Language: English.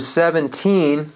seventeen